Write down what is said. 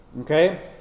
Okay